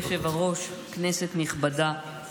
חבר הכנסת מיכאל מרדכי ביטון, אינו נוכח.